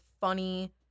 funny